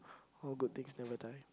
all good things never die